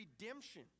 redemption